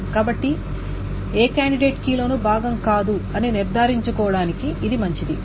కాబట్టి ఏ candidate key లోను భాగం కాదు అని నిర్దారించుకోటానికి ఇది మంచిది